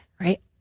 Right